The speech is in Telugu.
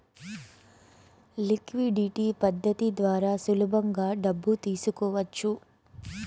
లిక్విడిటీ పద్ధతి ద్వారా సులభంగా డబ్బు తీసుకోవచ్చు